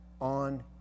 on